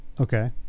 Okay